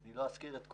אני לא אזכיר את כולם,